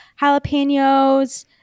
jalapenos